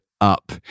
up